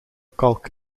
kalk